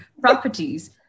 properties